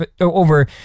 over